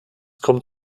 kommt